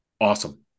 Awesome